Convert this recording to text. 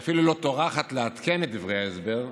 היא אפילו לא טורחת לעדכן את דברי ההסבר.